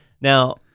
Now